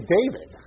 David